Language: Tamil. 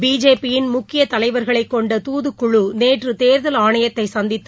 பிஜேபி யின் முக்கிய தலைவர்களைக் கொண்ட துதுக்குழு நேற்று தேர்தல் ஆணையத்தை சந்தித்து